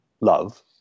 love